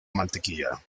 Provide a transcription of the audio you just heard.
mantequilla